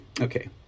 Okay